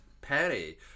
Perry